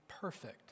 perfect